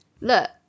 Look